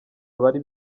abari